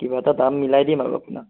কিবা এটা দাম মিলাই দিম আৰু আপোনাক